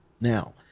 Now